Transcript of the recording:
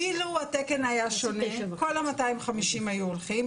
אילו התקן היה שונה, כל ה-250 היו הולכים.